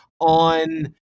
on